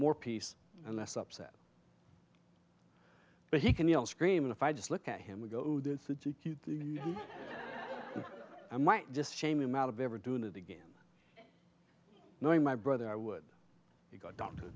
more peace and less upset but he can yell scream if i just look at him we go the i might just shame him out of ever doing it again knowing my brother i would go down t